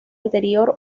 anterior